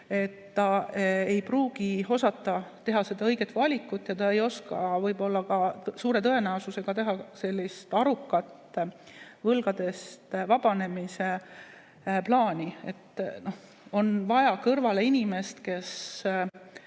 Ta ei pruugi osata teha seda õiget valikut ja ta ei oska suure tõenäosusega teha ka arukat võlgadest vabanemise plaani. On vaja kõrvale inimest, kes